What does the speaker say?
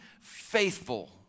faithful